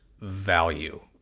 value